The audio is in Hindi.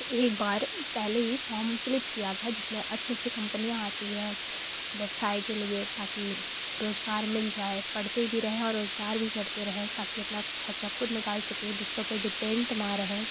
एक बार पहले ही फॉर्म फिलिप क्या था जिसमें अच्छे अच्छे कंपनियाँ आती है व्यवसाय के लिए ताकि रोज़गार मिल जाए पढ़ते भी रहे और रोज़गार भी करते रहे ताकि अपना खर्चा खुद निकाल सके दूसरे पर डिपेंड ना रहे